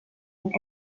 and